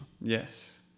Yes